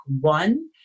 one